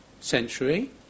century